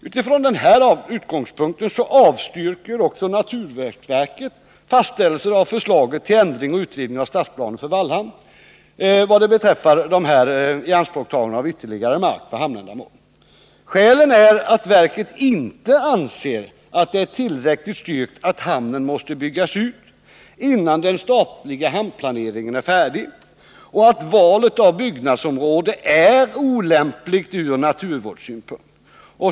Utifrån denna utgångspunkt avstyrker också naturvårdsverket fastställelse av förslaget till ändring och utvidgning av stadsplanen för Vallhamn vad beträffar ianspråktagande av ytterligare mark för hamnändamål. Skälet är att verket inte anser att det är tillräckligt styrkt att hamnen måste byggas ut innan den statliga hamnplaneringen är färdig och att valet av byggnadsområde är olämpligt från naturvårdssynpunkt.